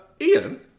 Ian